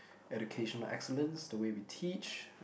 education of excellence the way we teach